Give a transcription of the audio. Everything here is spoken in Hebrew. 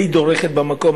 די דורכת במקום.